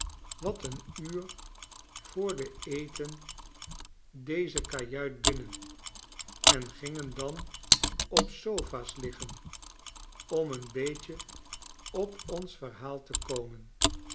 wat een uur voor den eten dezekajuitbinnen engingen dan op sofa's liggen om een beetje op ons verhaal te komen